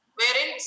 wherein